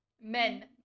men